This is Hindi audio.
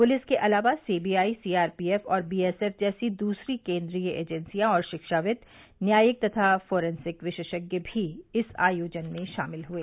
पुलिस के अलावा सीबीआई सीआरपीएफ और बीएसएफ जैसी दूसरी केन्द्रीय एजेंसियां और शिक्षाविद् न्यायिक तथा फॉरेंसिक विशेषज्ञ भी इस आयोजन में शामिल हुए